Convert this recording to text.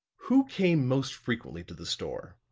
who came most frequently to the store?